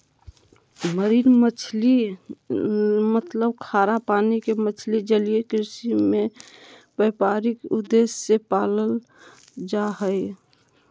marine मछली मतलब खारा पानी के मछली जलीय कृषि में व्यापारिक उद्देश्य से पालल जा हई